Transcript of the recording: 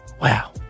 wow